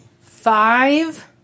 five